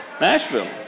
Nashville